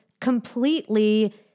completely